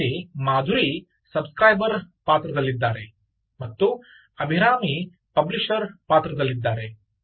ಇವರಲ್ಲಿ Madhuri subscriber ಪಾತ್ರದಲ್ಲಿದ್ದಾರೆ ಮತ್ತು ಅಭಿರಾಮಿ ಪಬ್ಲಿಶರ್ ಪಾತ್ರದಲ್ಲಿದ್ದಾರೆ